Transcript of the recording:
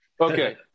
Okay